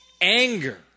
anger